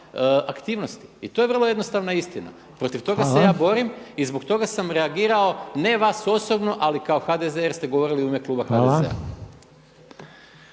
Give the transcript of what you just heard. aktivnosti i to je vrlo jednostavna istina. Protiv toga se ja borim i zbog toga sam reagirao, ne vas osobno ali kao HDZ jer ste govorili u ime kluba HDZ-a.